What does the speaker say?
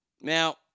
Now